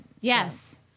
yes